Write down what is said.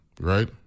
right